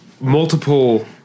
multiple